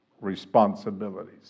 responsibilities